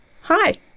Hi